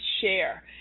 share